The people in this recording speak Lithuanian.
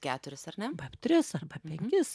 keturis ar ne tris arba penkis